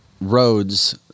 roads